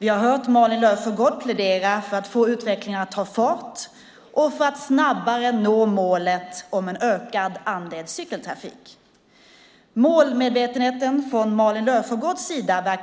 Vi har hört Malin Löfsjögård plädera för att få utvecklingen att ta fart och för att man snabbare ska nå målet om en ökad andel cykeltrafik. Det verkar alltså inte råda någon tvekan om målmedvetenheten från Malin Löfsjögårds sida.